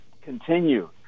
continue